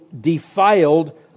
defiled